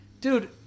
dude